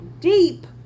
deep